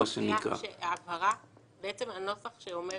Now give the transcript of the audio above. ארצה לשאול את לילך שאלת הבהרה: הנוסח שאומר